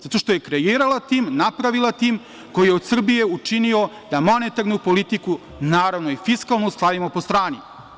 Zato što je kreirala tim, napravila tim, koji je od Srbije učinio da monetarnu politiku, naravno i fiskalnu, stavimo po strani.